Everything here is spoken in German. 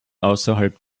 außerhalb